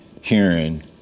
hearing